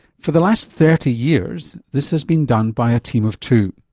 for the last thirty years this has been done by a team of two.